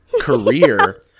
career